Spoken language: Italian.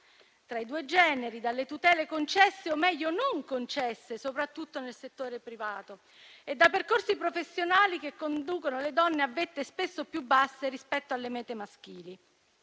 tra i due generi, dalle tutele concesse, o meglio non concesse, soprattutto nel settore privato, e da percorsi professionali che conducono le donne a vette spesso più basse rispetto alle mete maschili.